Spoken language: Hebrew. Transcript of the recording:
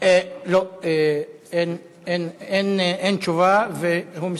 אין תשובה, והוא מסתפק.